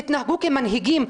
תתנהגו כמנהיגים.